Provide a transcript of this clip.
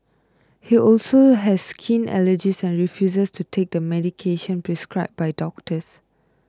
he also has skin allergies and refuses to take the medication prescribed by doctors